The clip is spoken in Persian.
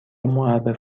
معرف